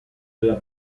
della